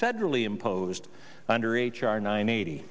federally imposed under h r nine eighty